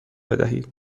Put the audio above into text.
بدهید